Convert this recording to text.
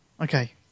Okay